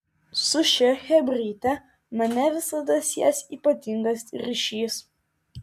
su šia chebryte mane visada sies ypatingas ryšys